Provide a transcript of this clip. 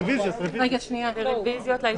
הרוויזיה לא התקבלה.